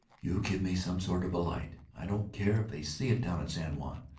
you give me some sort of a light, i don't care if they see it down at san juan,